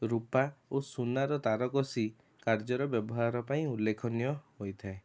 ରୂପା ଓ ସୁନାର ତାରକସି କାର୍ଯ୍ୟର ବ୍ୟବହାର ପାଇଁ ଉଲ୍ଲେଖନୀୟ ହୋଇଥାଏ